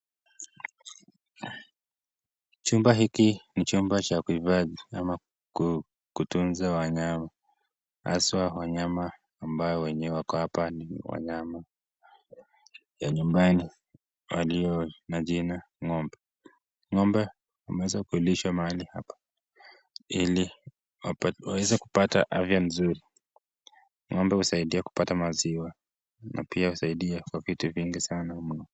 Chumba hiki ni chumba cha kuifadhi ama kutunza wanyama aswaa wanyama ambao wenyewe wako hapa ni wanyama ya nyumbani walio na jina ng'ombe, ng'ombe wameweza kulishwa mahali hapa ili waweze kupata afya nzuri, ng'ombe huzaidia kupata maziwa na pia husaidia kwa vitu mingi sana mno.